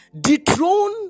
Dethrone